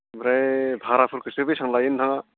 ओमफ्राय भाराफोरखोसो बेसां लायो नोंथाङा